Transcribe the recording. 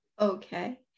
okay